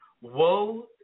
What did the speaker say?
woe